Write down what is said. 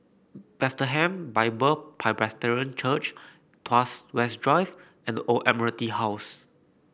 Bethlehem Bible Presbyterian Church Tuas West Drive and The Old Admiralty House